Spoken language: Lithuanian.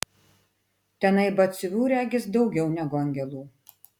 tenai batsiuvių regis daugiau negu angelų